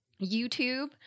YouTube